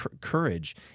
courage